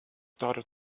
started